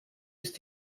ist